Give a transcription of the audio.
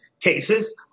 cases